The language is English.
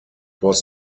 was